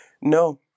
No